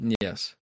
yes